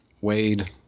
wade